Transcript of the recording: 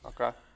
Okay